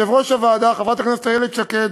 יושבת-ראש הוועדה, חברת הכנסת איילת שקד,